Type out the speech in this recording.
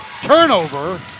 Turnover